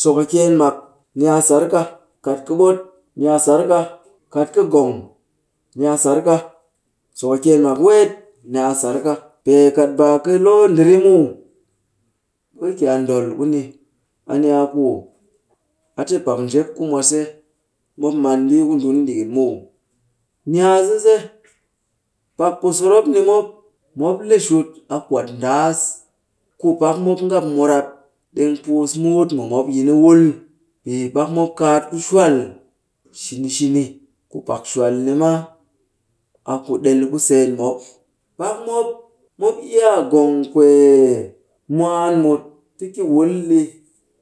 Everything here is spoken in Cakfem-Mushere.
sokɨkyeen mak, ni a sar ka. Kat ka ɓot, ni a sar ka. Kat ka gong, ni a sar ka. Sokɨkyeen mak weet, ni a sar ka. Pee kat baa ka loo ndiri muw, ɓe ka ki a ndol ku ni. A ni a ku a te pak njep ku mwase, mop man mbii ku ndun ɗikin muw. Ni a sise, pak ku sɨrop ni mop, mop le shut a kwat ndaas ku pak mop ngap murap ɗeng puus muut mu mop yi ni wul. Pee pak mop kaat ku shwal shini shini ku pak shwal ni ma, a ku ɗel ku seen mop. Pak mop, mop iya gong kwee mwaan mut ti ki wul ɗi.